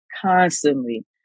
constantly